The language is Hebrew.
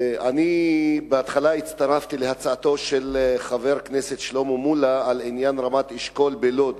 בהתחלה הצטרפתי להצעתו של חבר הכנסת שלמה מולה בעניין רמת-אשכול בלוד.